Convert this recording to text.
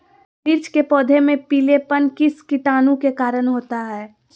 मिर्च के पौधे में पिलेपन किस कीटाणु के कारण होता है?